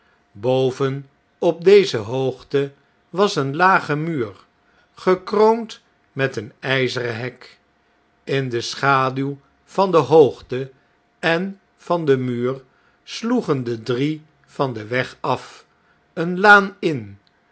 boven op deze hoogte was een lage muur gekroond met een ijzeren hek in de schaduw van de hoogte en van den muur sloegen de drie van den weg af eene laan in